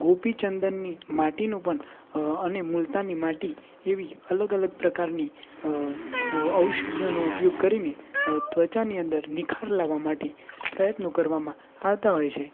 ગોપીચંદનની માટીનું પણ અને મુલતાની માટી એવી અલગ પ્રકારની ઔષધિઓનો ઉપયોગ કરીને ત્વચાની અંદર નિખાર લાવવા માટે પ્રયત્નો કરવામાં આવતા હોય છે